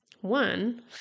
one